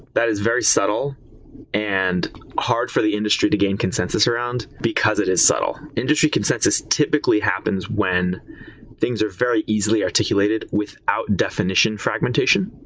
that is very subtle and hard for the industry to gain consensus around, because it is subtle. industry consensus typically happens when things are very easily articulated without definition fragmentation.